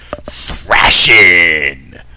thrashing